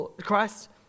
Christ